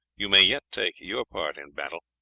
you may yet take your part in battle,